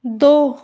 दो